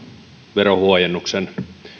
verohuojennuksen